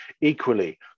equally